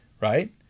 Right